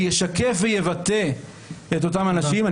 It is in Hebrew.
שישקף ויבטא את אותם אנשים.